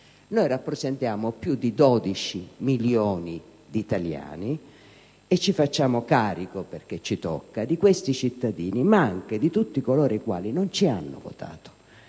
Noi rappresentiamo più di 12 milioni di italiani e ci facciamo carico, perché ci tocca, di questi cittadini ma anche di tutti coloro i quali non ci hanno votato